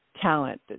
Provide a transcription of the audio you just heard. talent